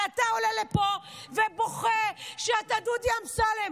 אבל אתה עולה לפה ובוכה שאתה דודי אמסלם,